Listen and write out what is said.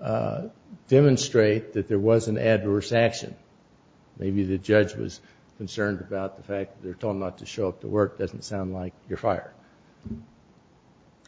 to demonstrate that there was an adverse action maybe the judge was concerned about the fact they're told not to show up to work doesn't sound like you're fired